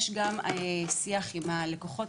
יש גם שיח עם הלקוחות,